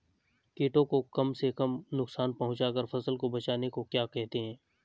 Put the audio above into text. कीटों को कम से कम नुकसान पहुंचा कर फसल को बचाने को क्या कहते हैं?